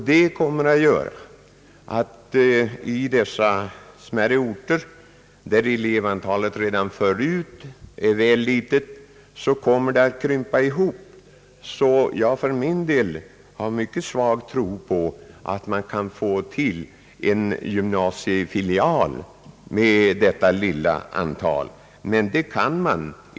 Detta kommer att medföra att på dessa mindre orter, där elevantalet redan förut är väl litet, kommer det att krympa ytterligare. Jag tror knappast att man kan inrätta en gymnasiefilial med ett så litet antal elever.